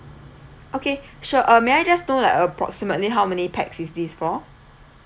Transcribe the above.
okay sure uh may I just know like approximately how many pax is this for